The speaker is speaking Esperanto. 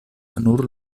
nur